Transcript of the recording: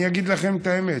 אני אגיד לכם את האמת.